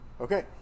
Okay